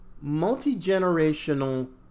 multi-generational